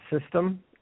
system